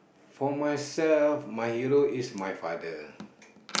for myself my hero is my father